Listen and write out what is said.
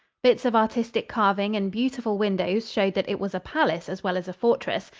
bits of artistic carving and beautiful windows showed that it was a palace as well as a fortress,